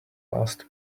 last